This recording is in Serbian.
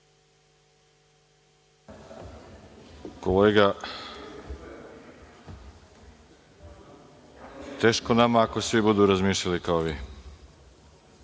Kolega, teško nama ako svi budu razmišljali kao